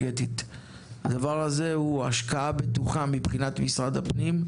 הדבר הזה הוא השקעה בטוחה, מבחינת משרד הפנים,